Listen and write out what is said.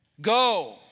Go